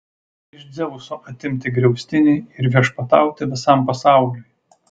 iš dzeuso atimti griaustinį ir viešpatauti visam pasauliui